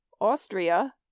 Austria